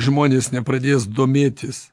žmonės nepradės domėtis